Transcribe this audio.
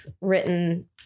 written